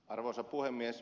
arvoisa puhemies